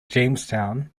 jamestown